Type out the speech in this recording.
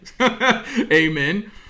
Amen